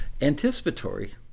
Anticipatory